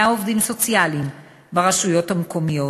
עובדים סוציאליים ברשויות המקומיות.